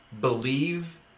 believe